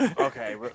Okay